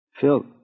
Phil